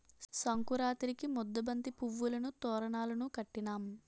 సంకురాతిరికి ముద్దబంతి పువ్వులును తోరణాలును కట్టినాం